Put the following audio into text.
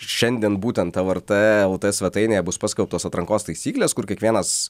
šiandien būtent lrt lt svetainėje bus paskelbtos atrankos taisyklės kur kiekvienas